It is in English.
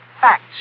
facts